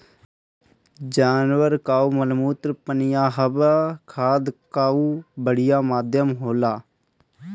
जानवर कअ मलमूत्र पनियहवा खाद कअ बढ़िया माध्यम होला